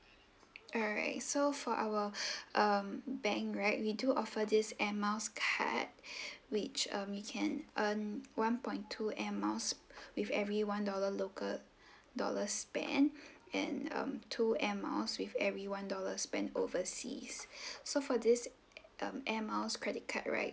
alright so for our um bank right we do offer this air miles card which um you can earn one point two air miles with every one dollar local dollar spend and um two air miles with every one dollar spend overseas so for this um air miles credit card right